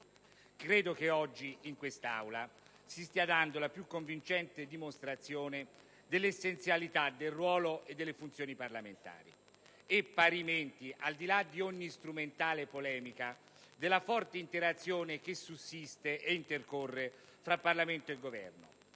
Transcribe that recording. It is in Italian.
credo che oggi in quest'Aula si stia dando la più convincente dimostrazione dell'essenzialità del ruolo e delle funzioni parlamentari e parimenti, al di là di ogni strumentale polemica, della forte interazione che sussiste e intercorre tra Parlamento e Governo.